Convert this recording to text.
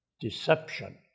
Deception